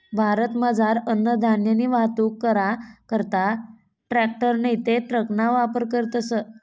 भारतमझार अन्नधान्यनी वाहतूक करा करता ट्रॅकटर नैते ट्रकना वापर करतस